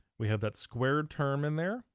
we have that squared term in there,